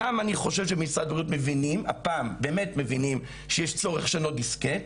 וגם אני חושב שמשרד הבריאות הפעם באמת מבינים לשנות דיסקט.